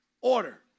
order